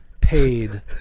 paid